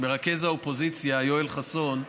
למרכז האופוזיציה יואל חסון,